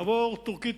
נעבור טורקי-טורקי.